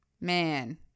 man